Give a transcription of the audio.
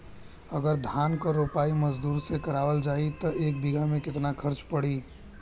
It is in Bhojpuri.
अगर धान क रोपाई मजदूर से करावल जाई त एक बिघा में कितना खर्च पड़ी?